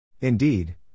Indeed